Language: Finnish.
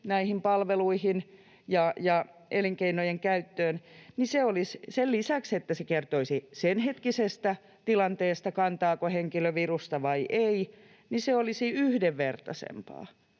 näihin palveluihin ja elinkeinojen käyttöön — sen lisäksi, että se kertoisi senhetkisestä tilanteesta, kantaako henkilö virusta vai ei — olisi yhdenvertaisempi.